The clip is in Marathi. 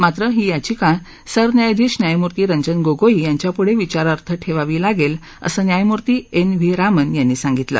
मात्र ही याचिका सरन्यायाधीश न्यायमूर्ती रंजन गोगोई यांच्यापुढं विचारार्थ ठेवावी लागेल असं न्यायमूर्ती एन व्ही रामन यांनी सांगितलं